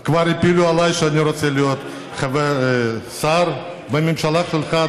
כבר הפילו עליי שאני רוצה להיות שר בממשלה שלך,